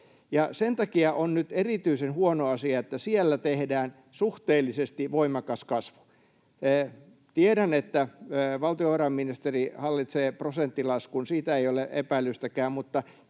Sen takia on nyt erityisen huono asia, että siellä tehdään suhteellisesti voimakas kasvu. Tiedän, että valtiovarainministeri hallitsee prosenttilaskun, siitä ei ole epäilystäkään,